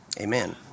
amen